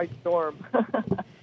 storm